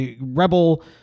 rebel